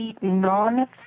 non